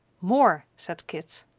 more, said kit.